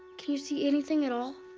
can you see anything at all?